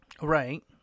Right